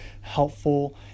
helpful